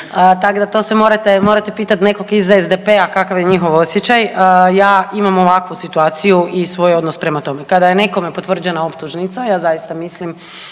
Tak da to se morate, morate pitati nekog iz SDP-a kakav je njihov osjećaj. Ja imam ovakvu situaciju i svoj odnos prema tome. Kada je nekome potvrđena optužnica, ja zaista mislim